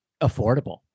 affordable